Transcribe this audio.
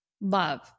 Love